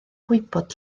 gwybod